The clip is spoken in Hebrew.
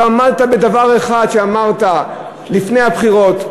לא עמדת בדבר אחד שאמרת לפני הבחירות.